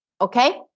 Okay